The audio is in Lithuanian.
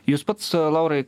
jūs pats laurai